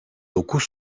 dokuz